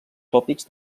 tòpics